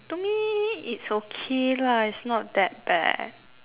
mm to me is okay lah it's not that bad